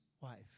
wife